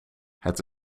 het